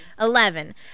Eleven